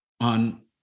on